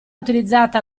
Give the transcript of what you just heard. utilizzata